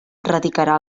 radicarà